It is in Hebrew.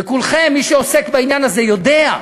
וכולכם, מי שעוסק בעניין הזה, יודע: